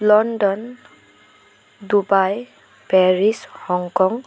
London Dubai Paris Hong Kong